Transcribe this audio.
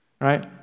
right